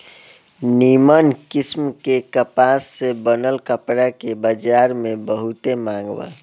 निमन किस्म के कपास से बनल कपड़ा के बजार में बहुते मांग बा